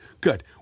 Good